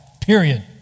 period